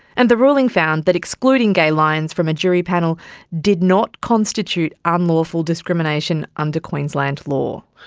and the ruling found that excluding gaye lyons from a jury panel did not constitute unlawful discrimination under queensland law.